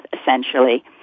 essentially